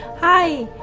hi.